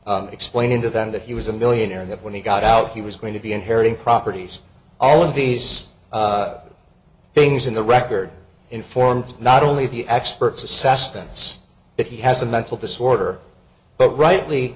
dissembling explaining to them that he was a millionaire and that when he got out he was going to be inheriting properties all of these things in the record informed not only of the experts assessments that he has a mental disorder but rightly